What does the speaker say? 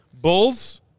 Bulls